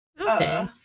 Okay